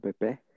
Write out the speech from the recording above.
Pepe